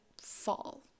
fall